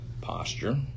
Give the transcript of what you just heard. posture